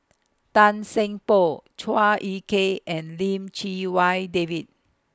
Tan Seng Poh Chua Ek Kay and Lim Chee Wai David